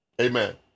Amen